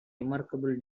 remarkable